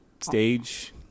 stage